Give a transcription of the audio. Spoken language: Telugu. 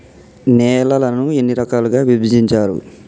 నేలలను ఎన్ని రకాలుగా విభజించారు?